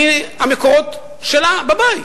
מהמקורות שלה בבית,